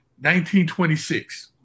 1926